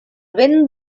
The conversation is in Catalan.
vent